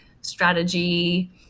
strategy